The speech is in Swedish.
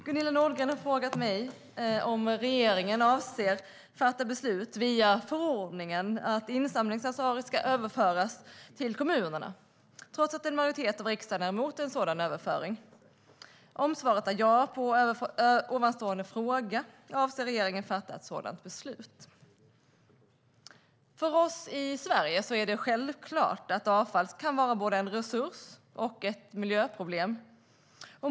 Herr talman! Gunilla Nordgren har frågat mig om regeringen avser att fatta beslut via ändring i förordningen om att insamlingsansvaret ska överföras till kommunerna, trots att en majoritet av riksdagen är emot en sådan överföring. Om svaret är ja på frågan, när avser regeringen att fatta ett sådant beslut? För oss i Sverige är det självklart att avfall kan vara både en resurs och ett miljöproblem.